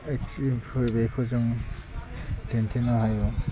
एक्सिफोर बेखौ जों दिन्थिनो हायो